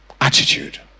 Attitude